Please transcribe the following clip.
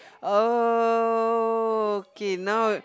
oh okay now